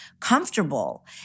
comfortable